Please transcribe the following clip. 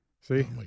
see